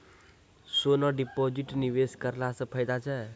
सोना deposit निवेश करला से फैदा छै?